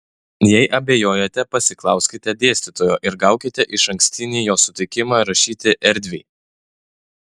jei abejojate pasiklauskite dėstytojo ir gaukite išankstinį jo sutikimą rašyti erdviai